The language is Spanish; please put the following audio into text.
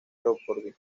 jeopardy